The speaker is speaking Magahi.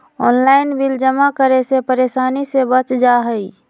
ऑनलाइन बिल जमा करे से परेशानी से बच जाहई?